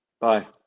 Bye